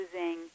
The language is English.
using